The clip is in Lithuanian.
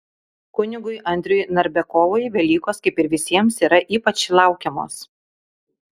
kunigui andriui narbekovui velykos kaip ir visiems yra ypač laukiamos